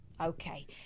Okay